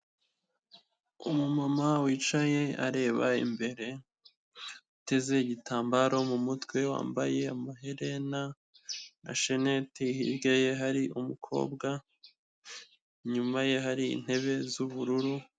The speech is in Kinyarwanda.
Umu mama wicaye areba imbere ateze igitambaro mu mutwe wambaye amaherena na shaneti, hirya ye hari umukobwa, inyuma ye hari intebe z'ubururu.